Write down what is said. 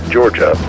Georgia